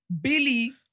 Billy